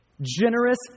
Generous